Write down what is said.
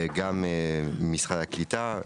גם ממשרד הקליטה,